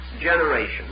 generation